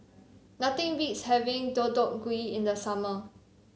nothing beats having Deodeok Gui in the summer